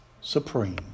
Supreme